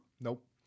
Nope